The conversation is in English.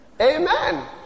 Amen